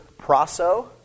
proso